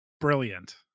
Brilliant